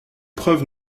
preuve